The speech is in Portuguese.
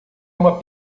uma